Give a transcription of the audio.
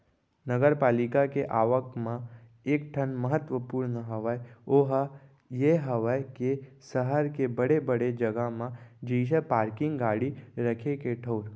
नगरपालिका के आवक म एक ठन महत्वपूर्न हवय ओहा ये हवय के सहर के बड़े बड़े जगा म जइसे पारकिंग गाड़ी रखे के ठऊर